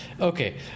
okay